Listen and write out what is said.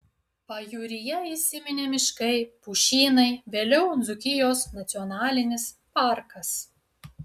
pajūryje įsiminė miškai pušynai vėliau dzūkijos nacionalinis parkas